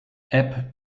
app